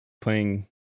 playing